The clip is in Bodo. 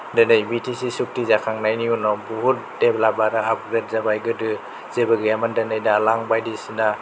दिनै बि ति सि सुक्ति जाखांनायनि उनाव बहुद देभलपमेन्त आरो आपग्रेद जाबाय गोदो जेबो गैयामोन दिनै दालां बायदिसिना